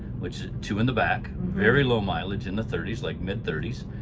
which two in the back. very low mileage in the thirties, like mid thirties.